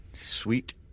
Sweet